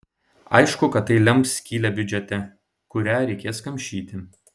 aišku kad tai lems skylę biudžete kurią reikės kamšyti